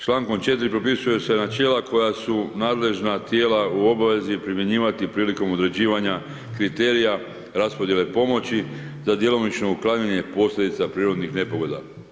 Člankom 4. propisuje se načela koja su nadležna tijela u obvezi primjenjivati prilikom određivanja kriterija raspodjele pomoći za djelomično uklanjanje posljedica prirodnih nepogoda.